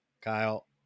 kyle